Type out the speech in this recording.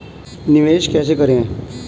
निवेश कैसे करें?